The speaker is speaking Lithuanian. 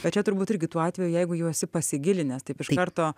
bet čia turbūt irgi tuo atveju jeigu jau esi pasigilinęs taip iš karto